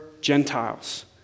Gentiles